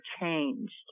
changed